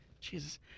Jesus